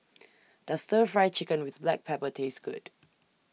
Does Stir Fry Chicken with Black Pepper Taste Good